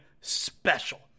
special